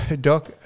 Doc